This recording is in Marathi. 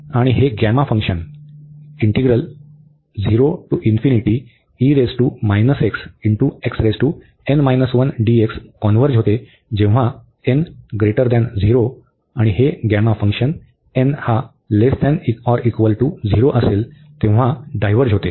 आणि हे गॅमा फंक्शन कॉन्व्हर्ज होते जेव्हा n 0 आणि हे गॅमा फंक्शन n≤0 असेल तेव्हा डायव्हर्ज होते